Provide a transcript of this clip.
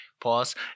Pause